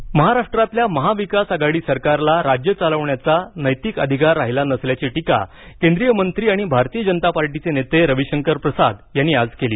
रविशंकर प्रसाद महाराष्ट्रातल्या महाविकास आघाडी सरकारला राज्य चालवण्याचा नैतिक अधिकार राहिला नसल्याची टीका केंद्रीय मंत्री आणि भारतीय जनता पार्टीचे नेते रविशंकर प्रसाद यांनी आज केली